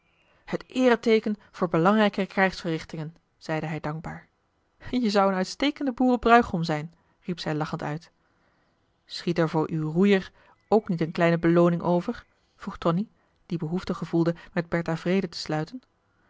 het eereteeken voor belangrijke krijgsverrichtingen zeide hij dankbaar je zoudt een uitstekende boeren bruigom zijn riep zij lachend uit schiet er voor uw roeier ook niet een kleine beloomarcellus emants een drietal novellen ning over vroeg tonie die behoefte gevoelde met bertha vrede sluiten